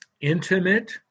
intimate